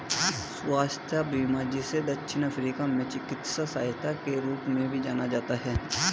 स्वास्थ्य बीमा जिसे दक्षिण अफ्रीका में चिकित्सा सहायता के रूप में भी जाना जाता है